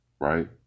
right